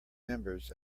members